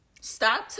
stop